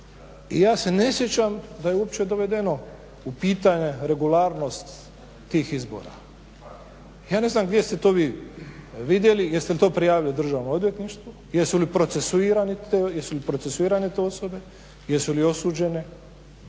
I ja se ne sjećam da je uopće dovedeno pitanje regularnost tih izbora. Ja ne znam gdje ste to vi vidjeli, jeste li to prijavili Državnom odvjetništvu, jesu li procesuirani, jesu li procesuirane